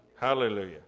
Hallelujah